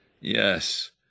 Yes